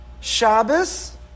Shabbos